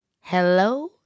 Hello